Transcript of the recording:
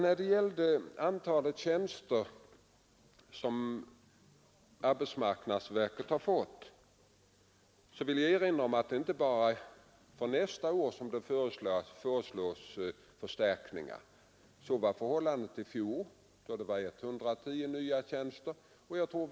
När det gäller antalet tjänster som arbetsmarknadsverket fått vill jag erinra om att det inte bara är för nästa år som förstärkningar föreslås. I fjol föreslogs 110 nya tjänster.